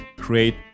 create